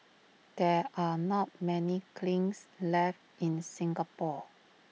there are not many kilns left in Singapore